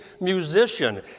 musician